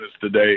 today